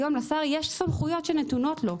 היום לשר יש סמכויות שכבר נתונות לו.